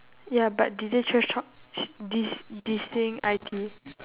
ya but did they trash talk s~ diss dissing I_T